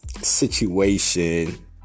situation